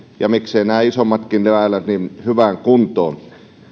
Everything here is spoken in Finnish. ja miksei nämä isommatkin väylät hyvään kuntoon